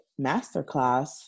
masterclass